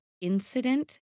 incident